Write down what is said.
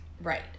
Right